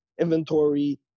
inventory